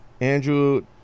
Andrew